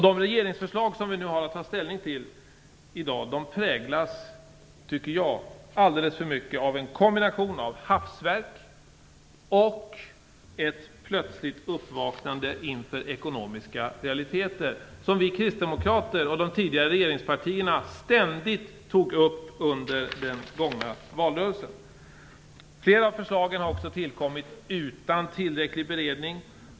De regeringsförslag som vi i dag har att ta ställning till präglas, tycker jag, alldeles för mycket av en kombination av hafsverk och ett plötsligt uppvaknande inför ekonomiska realiteter. Dessa realiteter tog vi kristdemokrater och de andra tidigare regeringspartierna ständigt upp under den gångna valrörelsen. Flera av förslagen har tillkommit utan tillräcklig beredning.